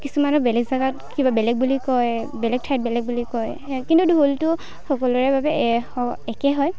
কিছুমানৰ বেলেগ জাগাত কিবা বেলেগ বুলি কয় বেলেগ ঠাইত বেলেগ বুলি কয় সেয়া কিন্তু ঢোলটো সকলোৰে বাবে এক হয় একেই হয়